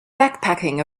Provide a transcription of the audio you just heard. backpacking